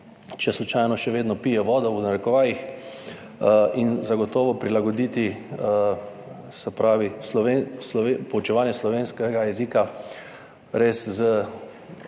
če slučajno še vedno pije vodo, v narekovajih, in zagotovo prilagoditi poučevanje slovenskega jezika res s